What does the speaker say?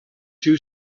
two